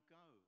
go